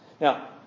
Now